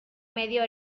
medio